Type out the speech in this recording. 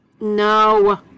No